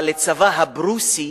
אבל לצבא הפרוסי